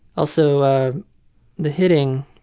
also the hitting.